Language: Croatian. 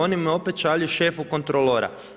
Oni me opet šalju šefu kontrolora.